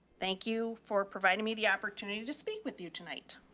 thank you for providing me the opportunity to just speak with you tonight.